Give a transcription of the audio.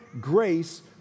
grace